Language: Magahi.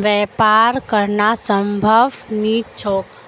व्यापार करना संभव नी छोक